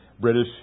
British